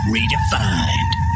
Redefined